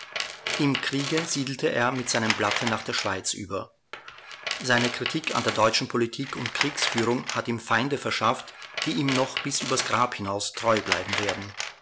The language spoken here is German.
im kriege siedelte er mit seinem blatte nach der schweiz über seine kritik an der deutschen politik und kriegsführung hat ihm feinde verschafft die ihm noch bis übers grab hinaus treu bleiben werden